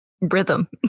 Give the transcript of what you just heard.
rhythm